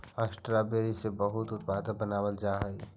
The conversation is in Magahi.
स्ट्रॉबेरी से बहुत से उत्पाद बनावाल जा हई